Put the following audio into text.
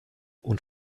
und